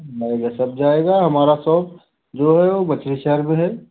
नहीं ये सब जाएगा हमारा सो जो है वह दूसरे शहर में है